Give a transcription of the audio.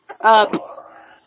Up